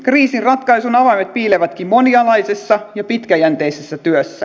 kriisin ratkaisun avaimet piilevätkin monialaisessa ja pitkäjänteisessä työssä